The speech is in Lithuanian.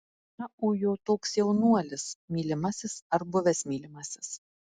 ją ujo toks jaunuolis mylimasis ar buvęs mylimasis